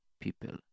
people